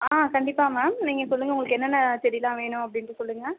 ஆ கண்டிப்பாக மேம் நீங்கள் சொல்லுங்கள் உங்களுக்கு என்னென்ன செடிலாம் வேணும் அப்படின்ட்டு சொல்லுங்கள்